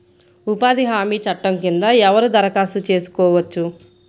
ఉపాధి హామీ చట్టం కింద ఎవరు దరఖాస్తు చేసుకోవచ్చు?